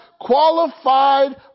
qualified